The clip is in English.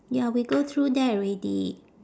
ya we go through that already